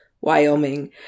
Wyoming